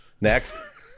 Next